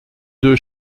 deux